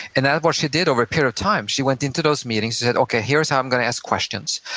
and that's what she did over a period of time, she went into those meetings, she said, okay, here's how i'm gonna ask questions,